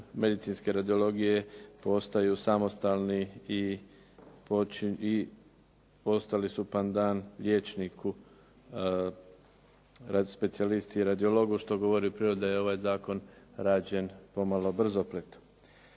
medicinske radiologije postaju samostalni i postali su pandan liječnika specijalisti i radiologu što govori o prirodi da je ovaj zakon rađen pomalo brzopleto.